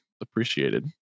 appreciated